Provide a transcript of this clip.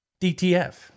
DTF